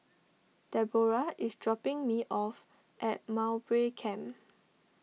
Debora is dropping me off at Mowbray Camp